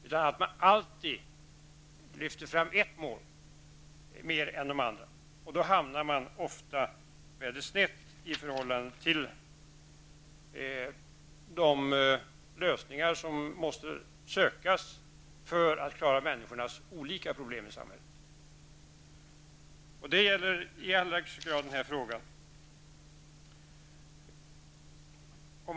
Man lyfter alltid fram ett mål mer än de andra. Då hamnar man ofta snett i förhållande till de lösningar som måste sökas för att klara människornas olika problem i samhället. Det gäller i allra högsta grad den här frågan.